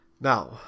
Now